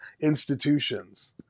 institutions